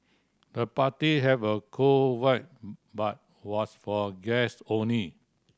the party have a cool vibe but was for guest only